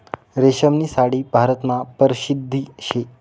रेशीमनी साडी भारतमा परशिद्ध शे